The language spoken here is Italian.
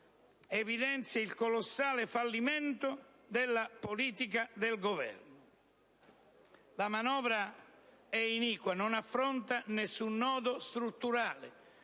evidenziano il colossale fallimento della politica del Governo. La manovra è iniqua, non affronta nessun nodo strutturale,